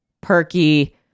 perky